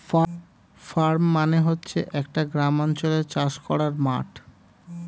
farm মানে হচ্ছে একটা গ্রামাঞ্চলে চাষ করার মাঠ